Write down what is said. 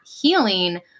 healing